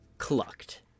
clucked